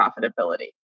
profitability